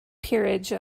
peerage